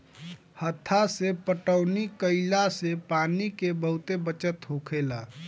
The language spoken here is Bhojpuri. हत्था से पटौनी कईला से पानी के बहुत बचत होखेला